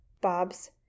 Bobs